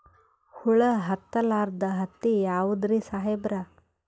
ಹುಳ ಹತ್ತಲಾರ್ದ ಹತ್ತಿ ಯಾವುದ್ರಿ ಸಾಹೇಬರ?